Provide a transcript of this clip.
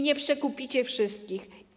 Nie przekupicie wszystkich.